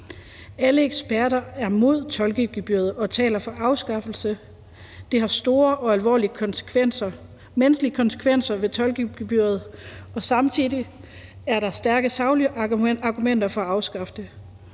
Alle eksperter er mod tolkegebyret og taler for en afskaffelse. Tolkegebyret har store og alvorlige menneskelige konsekvenser, og samtidig er der stærke saglige argumenter for at afskaffe det.